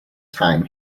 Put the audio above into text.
time